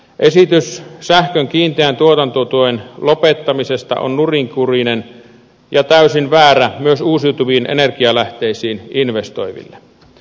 esitys sähkön kiinteän tuotantotuen lopettamisesta on nurinkurinen ja täysin väärä myös uusiutuviin energialähteisiin investoiville